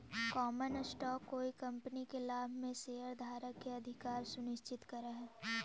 common stock कोई company के लाभ में शेयरधारक के अधिकार सुनिश्चित करऽ हई